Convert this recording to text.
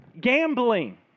Gambling